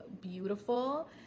beautiful